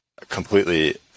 completely